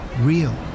real